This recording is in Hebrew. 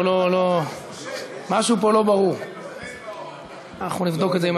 אנחנו עוברים,